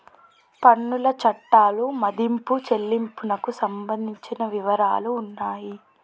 పన్నుల చట్టాలు మదింపు చెల్లింపునకు సంబంధించిన వివరాలు ఉన్నాయి